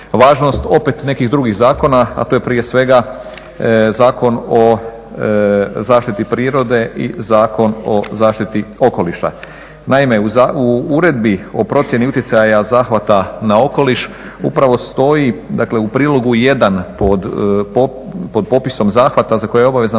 opet nekih drugih zakona, a to je prije svega Zakon o zaštiti prirode i Zakon o zaštiti okoliša. Naime, u Uredbi o procjeni utjecaja zahvata na okoliš upravo stoji u prilogu 1 pod popisom zahvata za koje je obvezna